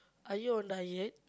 are you on diet